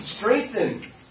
strengthen